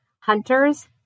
hunters